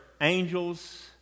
angels